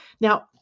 Now